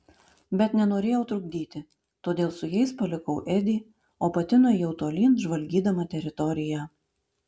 bet nenorėjau trukdyti todėl su jais palikau edį o pati nuėjau tolyn žvalgydama teritoriją